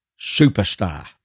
superstar